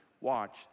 watch